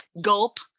Gulp